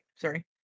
Sorry